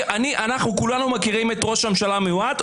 כולנו מכירים את ראש הממשלה המיועד,